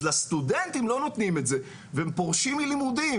אז לסטודנטים לא נותנים את זה והם פורשים מלימודים,